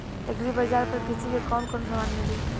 Agri बाजार पर कृषि के कवन कवन समान मिली?